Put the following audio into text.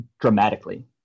dramatically